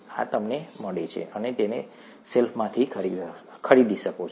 આ તમને મળે છે તમે તેને શેલ્ફમાંથી ખરીદી શકો છો